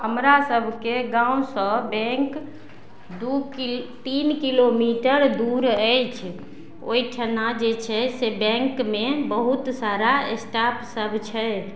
हमरा सबके गाँवसँ बैंक दू किल तीन किलोमीटर दूर अछि ओइठना जे छै से बैंकमे बहुत सारा स्टाफ सब छै